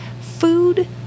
food